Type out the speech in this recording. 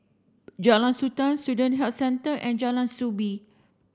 Jalan Sultan Student Health Centre and Jalan Soo Bee